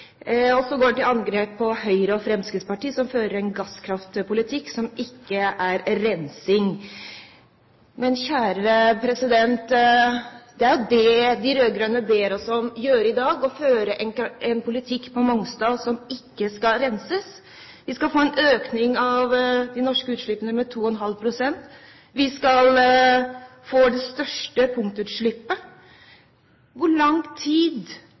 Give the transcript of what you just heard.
som ikke innebærer rensing. Men, kjære president, det er jo det de rød-grønne ber oss om å gjøre i dag: å føre en politikk på Mongstad som ikke innebærer rensing. Vi skal få en økning av de norske utslippene med 2,5 pst. Vi skal få det største punktutslippet. Hvor lang tid